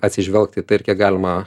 atsižvelgti į tai ir kiek galima